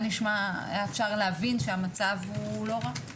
היה אפשר להבין שהמצב הוא לא רע.